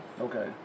Okay